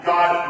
God